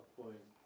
point